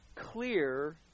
clear